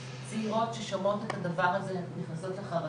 אני שמעתי את סוף הדברים של פרופ' פאלוך ושמעתי את הדברים את פרופ'